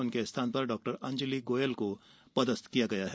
उनके स्थान पर डाक्टर अंजलि गोयल को पदस्थ किया गया है